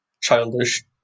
childish